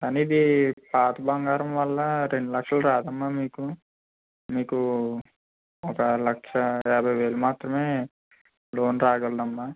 కానీ ఇది పాత బంగారం వల్ల రెండు లక్షలు రాదు అమ్మ మీకు మీకు ఒక లక్షల యాభై వేలు మాత్రమే లోన్ రాగలదు అమ్మ